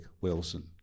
Wilson